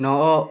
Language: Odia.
ନଅ